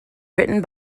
written